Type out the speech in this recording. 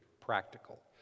practical